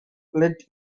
let